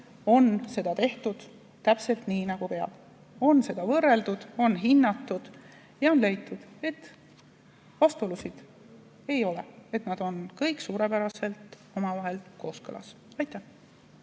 on seda tehtud täpselt nii, nagu peab. Seda on võrreldud, on hinnatud ja on leitud, et vastuolusid ei ole ja et nad on kõik suurepäraselt omavahel kooskõlas. Aitäh!